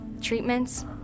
treatments